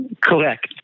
Correct